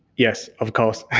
yes, of course.